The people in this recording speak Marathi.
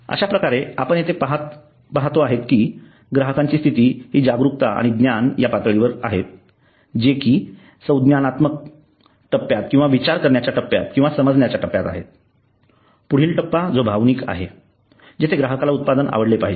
अश्याप्रकारे आपण येथे पाहतो आहेत कि ग्राहकांची स्थिती हि जागरूकता आणि ज्ञान या पातळीवर आहेत जे कि संज्ञानात्मक टप्प्यात किंवा विचार करण्याच्या टप्प्यात किंवा समजण्याच्या टप्प्यात आहे पुढील टप्पा जो भावनिक टप्पा आहे येथे ग्राहकाला उत्पादन आवडले पाहिजे